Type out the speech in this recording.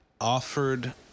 offered